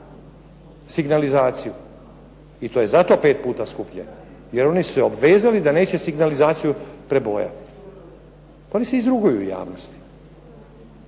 signalizaciju. I to je zato pet puta skuplje, jer oni su se obvezali da neće signalizaciju prebojati. Pa oni se izruguju javnosti.